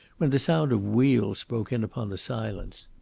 when the sound of wheels broke in upon the silence.